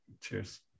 Cheers